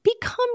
become